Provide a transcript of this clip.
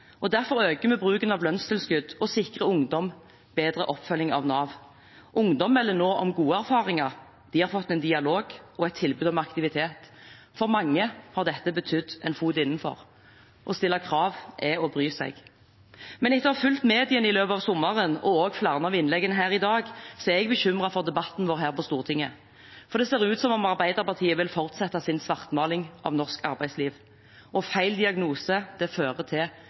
arbeid. Derfor øker vi bruken av lønnstilskudd og sikrer ungdom bedre oppfølging av Nav. Ungdom melder nå om gode erfaringer. De har fått en dialog og et tilbud om aktivitet. For mange har dette betydd en fot innenfor. Å stille krav er å bry seg. Etter å ha fulgt mediene i løpet av sommeren, og også flere av innleggene her i dag, er jeg bekymret for debatten vår her på Stortinget, for det ser ut som om Arbeiderpartiet vil fortsette sin svartmaling av norsk arbeidsliv, og feil diagnose fører til